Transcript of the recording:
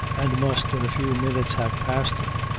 and must in a few minutes have passed him,